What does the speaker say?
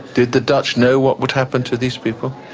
did the dutch know what would happen to these people?